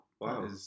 Wow